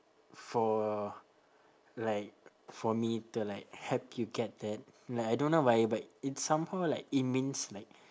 for like for me to like help you get that like I don't know why but it's somehow like it means like